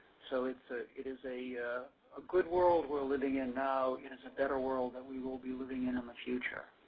so so, it is a a good world were living in now. it is a better world that we will be living in in the future.